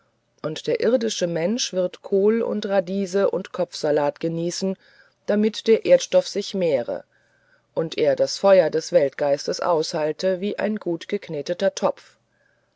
und der irdische mensch wird kohl und radiese und kopfsalat genießen damit der erdstoff sich mehre und er das feuer des weltgeistes aushalte wie ein gut gekneteter topf